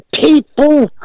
people